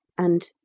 and.